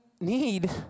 need